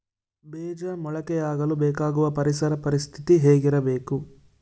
ಬೇಜ ಮೊಳಕೆಯಾಗಲು ಬೇಕಾಗುವ ಪರಿಸರ ಪರಿಸ್ಥಿತಿ ಹೇಗಿರಬೇಕು?